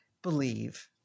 believe